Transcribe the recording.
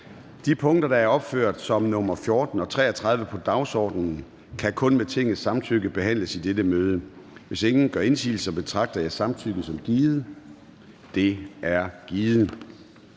De punkter, der er opført som nr. 14 og 33 på dagsordenen, kan kun med Tingets samtykke behandles i dette møde. Hvis ingen gør indsigelse, betragter jeg samtykket som givet. Det er givet.